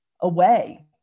Away